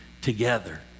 together